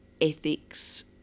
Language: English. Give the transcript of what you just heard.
ethics